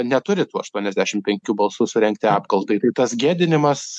neturi tų aštuoniasdešim penkių balsų surengti apkaltai tai tas gėdinimas